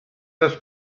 das